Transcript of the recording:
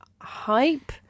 hype